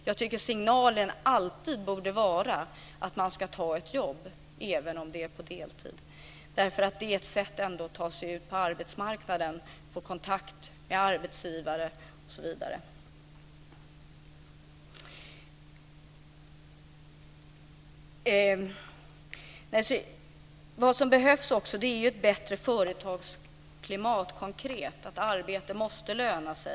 Jag tycker nämligen att signalen alltid borde vara att man ska ta ett jobb även om det är på deltid eftersom det ändå är ett sätt att ta sig ut på arbetsmarknaden, få kontakt med arbetsgivare osv. Vad som också behövs är ett bättre företagsklimat, konkret. Arbete måste löna sig.